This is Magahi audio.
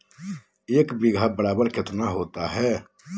एक बीघा बराबर कितना होता है?